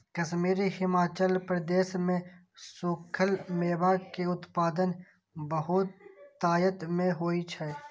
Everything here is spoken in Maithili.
कश्मीर, हिमाचल प्रदेश मे सूखल मेवा के उत्पादन बहुतायत मे होइ छै